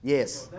Yes